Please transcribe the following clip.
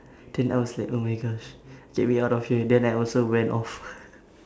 then I was like oh my gosh get me out of here then I also went off